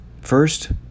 First